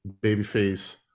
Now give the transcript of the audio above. Babyface